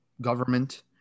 government